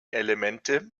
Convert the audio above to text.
elemente